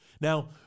Now